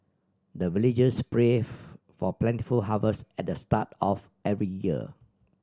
the villagers pray for plentiful harvest at the start of every year